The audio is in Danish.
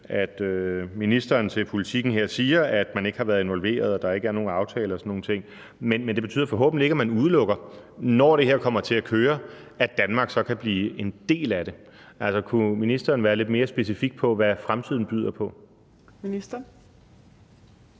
at ministeren her til Politiken siger, at man ikke har været involveret, og at der ikke er nogen aftale og sådan nogle ting, men det betyder forhåbentlig ikke, at man udelukker, når det her kommer til at køre, at Danmark så kan blive en del af det. Kunne ministeren være lidt mere specifik på, hvad fremtiden byder på? Kl.